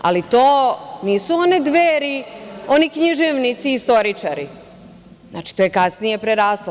Ali, to nisu one Dveri, oni književnici i istoričari, znači, to je kasnije preraslo.